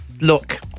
look